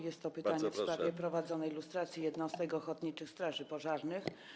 Jest to pytanie w sprawie przeprowadzanej lustracji jednostek ochotniczych straży pożarnych.